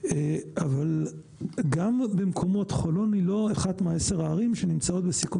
אבל חולון היא לא אחת מ-10 הערים שנמצאות בסיכון ידוע.